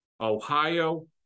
Ohio